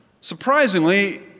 Surprisingly